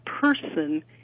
person